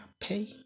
pay